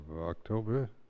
October